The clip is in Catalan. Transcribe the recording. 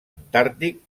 antàrtic